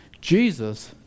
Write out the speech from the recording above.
Jesus